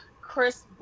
Chris